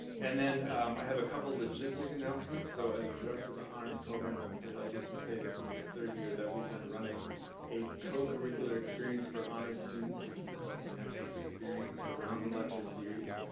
and then i have a couple logistic announcements. so, as director of the honors program i'm delighted to say this is the third year that we've been running a co-curricular experience for honors students, which we call a nexus experience, around the lecture series.